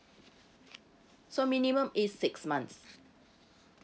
so minimum is six months